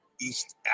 East